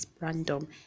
random